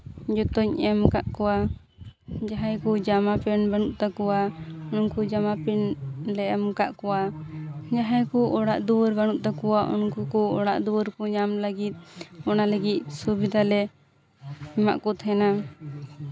ᱡᱚᱛᱚᱧ ᱮᱢ ᱠᱟᱜ ᱠᱚᱣᱟ ᱡᱟᱦᱟᱸᱭ ᱠᱚ ᱡᱟᱢᱟ ᱯᱮᱱ ᱵᱟᱹᱱᱩᱜ ᱛᱟᱠᱚᱣᱟ ᱩᱱᱠᱩ ᱡᱟᱢᱟ ᱯᱮᱱ ᱞᱮ ᱮᱢ ᱠᱟᱜ ᱠᱚᱣᱟ ᱡᱟᱦᱟᱸᱭ ᱠᱚ ᱚᱲᱟᱜ ᱫᱩᱣᱟᱹᱨ ᱵᱟᱹᱱᱩᱜ ᱛᱟᱠᱚᱣᱟ ᱩᱱᱠᱩ ᱠᱚ ᱚᱲᱟᱜ ᱫᱩᱣᱟᱹᱨ ᱠᱚ ᱧᱟᱢ ᱞᱟᱹᱜᱤᱫ ᱚᱱᱟ ᱞᱟᱹᱜᱤᱫ ᱥᱩᱵᱤᱫᱷᱟᱞᱮ ᱮᱢᱟᱜ ᱠᱚ ᱛᱟᱦᱮᱱᱟ